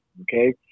okay